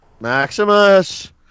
Maximus